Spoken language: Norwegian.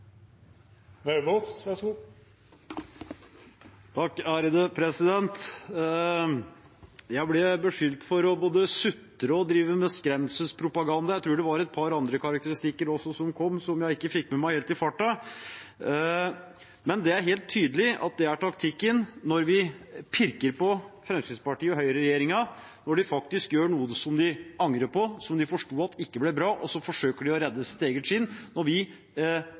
Jeg ble beskyldt for å både sutre og drive med skremselspropaganda. Jeg tror det var et par andre karakteristikker også som kom, som jeg ikke fikk med meg helt i farta. Men det er helt tydelig at det er taktikken. Når vi pirker på Fremskrittspartiet og høyreregjeringen når de faktisk gjør noe de angrer på, og som de forsto ikke ble bra, forsøker de å redde sitt eget skinn. Og når vi